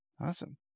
awesome